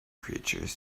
creatures